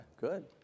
good